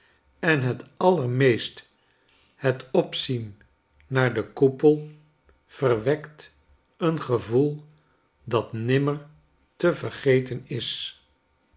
en het allermeest het opzien naar den koepe verwekt een gevoel dat nimmer te vergeten is